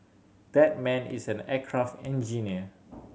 that man is an aircraft engineer